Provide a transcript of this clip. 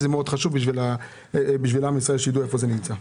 זה מאוד חשוב בשביל עם ישראל שידעו איפה זה נמצא.